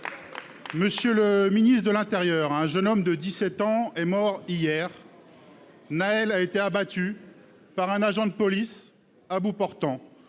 Monsieur le ministre, un jeune homme de 17 ans est mort hier. Nahel a été abattu par un agent de police, à bout portant.